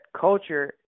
culture